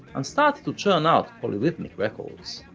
and started to churn out polyrhythmic records.